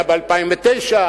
היה ב-2009,